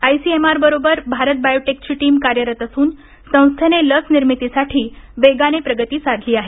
आयसीएमआरबरोबर भारत बायोटकची टीम कार्यरत असून संस्थेने लस निर्मितीसाठी वेगाने प्रगती साधली आहे